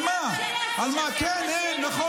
מה זה עניין של חטופים?